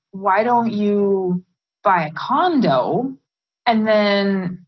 why don't you buy a condo and then,